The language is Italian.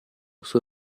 suo